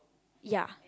ya